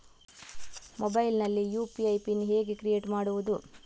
Mobile ನಲ್ಲಿ UPI pin ಹೇಗೆ create ಮಾಡುವುದು?